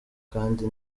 kandi